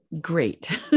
great